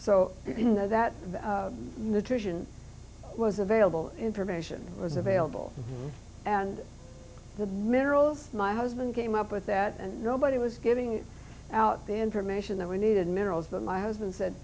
know that nutrition was available information was available and the minerals my husband came up with that and nobody was giving out the information that we needed minerals but my husband said